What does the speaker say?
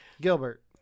Gilbert